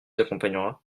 accompagnera